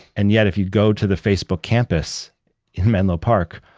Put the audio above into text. and yet if you go to the facebook campus in menlo park,